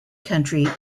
country